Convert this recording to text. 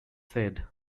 said